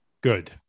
Good